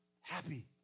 happy